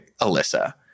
Alyssa